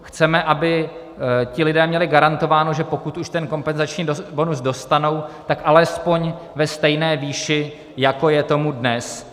Chceme, aby lidé měli garantováno, že pokud už ten kompenzační bonus dostanou, tak alespoň ve stejné výši, jako je tomu dnes.